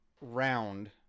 round